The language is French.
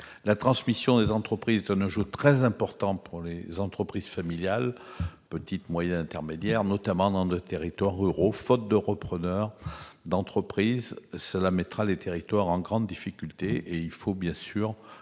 La transmission des entreprises est un enjeu très important pour les entreprises familiales, petites, moyennes et intermédiaires, notamment dans nos territoires ruraux. Sans repreneurs d'entreprises, les territoires seraient en grande difficulté. Il faut bien sûr